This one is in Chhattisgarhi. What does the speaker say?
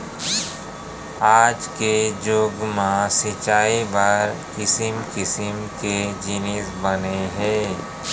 आज के जुग म सिंचई बर किसम किसम के जिनिस बने हे